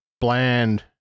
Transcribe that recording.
bland